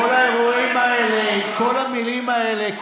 כל האירועים האלה, כל המילים האלה.